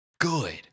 good